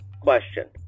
Question